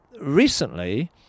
recently